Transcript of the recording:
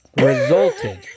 resulted